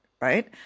right